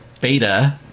beta